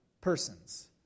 persons